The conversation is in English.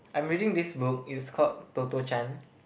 I'm reading this book it's called Toto-Chan